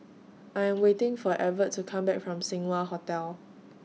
I Am waiting For Evert to Come Back from Seng Wah Hotel